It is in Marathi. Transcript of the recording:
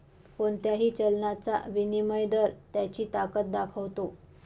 कोणत्याही चलनाचा विनिमय दर त्याची ताकद दाखवतो